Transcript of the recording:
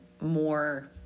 more